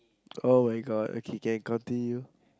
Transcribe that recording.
[oh]-my-god okay can continue